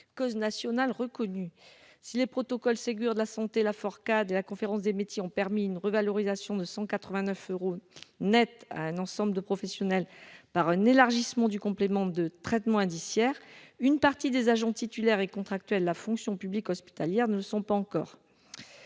cause nationale reconnue si les protocoles Ségur de la santé, la fort à de la conférence des métiers ont permis une revalorisation de 189 euros Net à un ensemble de professionnels par un élargissement du complément de traitement indiciaire, une partie des agents titulaires et contractuels de la fonction publique hospitalière ne sont pas encore